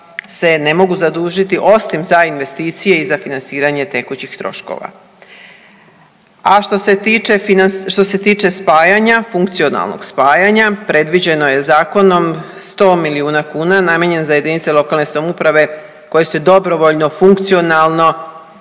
se ne mogu zadužiti osim za investicije i za financiranje tekućih troškova. A što se tiče spajanja, funkcionalnog spajanja predviđeno je zakonom 100 miliona kuna namijenjenih za jedinice lokalne samouprave koje se dobrovoljno, funkcionalno